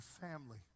family